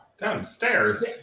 Downstairs